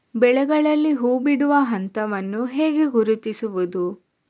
ಬೆಳೆಗಳಲ್ಲಿ ಹೂಬಿಡುವ ಹಂತವನ್ನು ಹೇಗೆ ಗುರುತಿಸುವುದು?